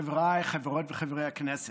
חבריי חברות וחברי הכנסת,